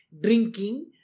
drinking